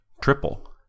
triple